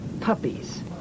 puppies